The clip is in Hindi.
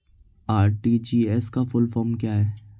आर.टी.जी.एस का फुल फॉर्म क्या है?